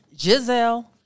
Giselle